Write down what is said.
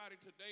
today